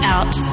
Out